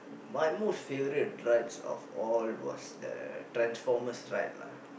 my most favourite rides of all was the Transformers ride lah